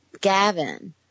Gavin